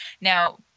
Now